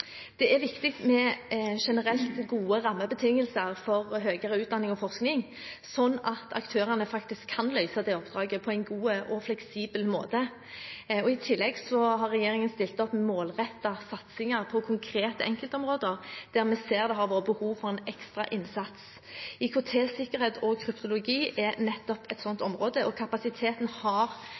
Det er viktig med generelt gode rammebetingelser for høyere utdanning og forskning, slik at aktørene kan løse dette oppdraget på en god og fleksibel måte. I tillegg har regjeringen stilt opp med målrettede satsinger på konkrete enkeltområder der vi ser at det har vært behov for en ekstra innsats. IKT-sikkerhet og kryptologi er nettopp et slikt område, og kapasiteten har